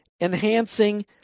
enhancing